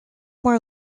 more